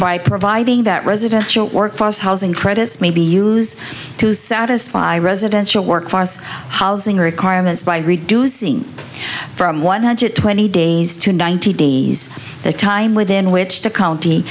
by providing that residential workforce housing credits maybe use to satisfy residential workforce housing requirements by reducing from one hundred twenty days to ninety days the time within which to county